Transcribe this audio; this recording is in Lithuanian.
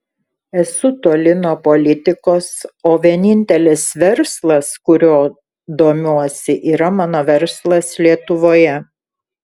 esu toli nuo politikos o vienintelis verslas kuriuo domiuosi yra mano verslas lietuvoje